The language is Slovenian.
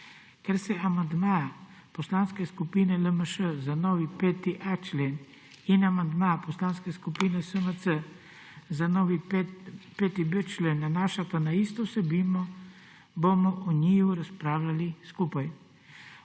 Ker se amandma Poslanske skupine LMŠ za novi 5.a člen in amandma Poslanske skupine SMC za novi 5.b člen nanašata na isto vsebino, bomo o njiju razpravljali skupaj.